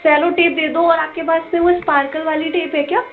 सेल्लो tape दे दो और आपके पास से वो स्पार्कल वाली टेप है क्या